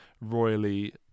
royally